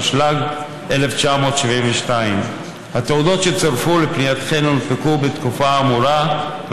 התשל"ג 1972. התעודות שצורפו לפנייתכן הונפקו בתקופה האמורה,